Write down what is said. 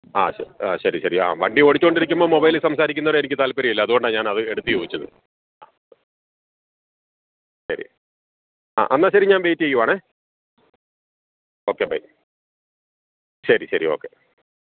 ആ ശരി ആ ശരി ശരി ആ വണ്ടി ഓടിച്ചു കൊണ്ടിരിക്കുമ്പം മൊബൈലിൽ സംസാരിക്കുന്നത് എനിക്ക് താല്പര്യമില്ല അത്കൊണ്ടാണ് ഞാൻ അത് എടുത്ത് ചോദിച്ചത് ആ ശരി ആ എന്നാൽ ശരി ഞാൻ വേയ്റ്റ് ചെയ്യുവാണേ ഓക്കെ ബൈ ശരി ശരി ഓക്കെ